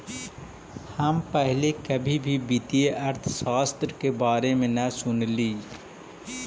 हम पहले कभी भी वित्तीय अर्थशास्त्र के बारे में न सुनली